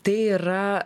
tai yra